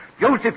Joseph